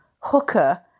hooker